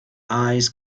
eyes